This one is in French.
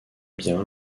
bien